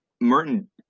merton